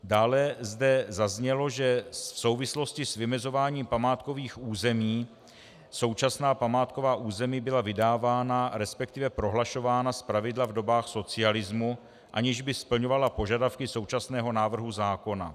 Dále zde zaznělo, že v souvislosti s vymezováním památkových území současná památková území byla vydávána, resp. prohlašována, zpravidla v dobách socialismu, aniž by splňovala požadavky současného návrhu zákona.